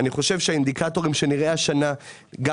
אני חושב שהאינדיקטורים שנראה השנה גם